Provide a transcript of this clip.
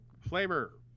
flavor